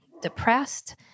depressed